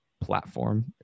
platform